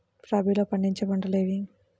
రబీలో పండించే పంటలు ఏవి?